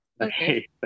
Okay